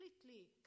completely